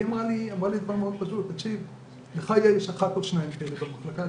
היא אמרה לי דבר מאוד פשוט: לך יש ילד אחד או שניים כאלה במחלקה,